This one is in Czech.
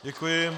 Děkuji.